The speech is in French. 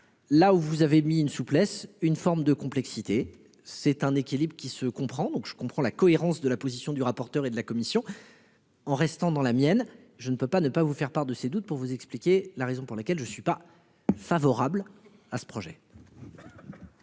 Là où vous avez mis une souplesse, une forme de complexité, c'est un équilibre qui se comprend donc je comprends la cohérence de la position du rapporteur et de la commission. En restant dans la mienne je ne peux pas ne pas vous faire part de ses doutes pour vous expliquer la raison pour laquelle je ne suis pas favorable à ce projet.